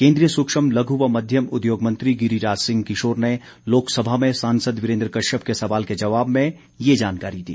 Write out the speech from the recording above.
केंद्रीय सूक्ष्म लघ् व मध्यम उद्योग मंत्री गिरिराज सिंह किशोर ने लोकसभा में सांसद वीरेन्द्र कश्यप के सवाल के जवाब में ये जानकारी दी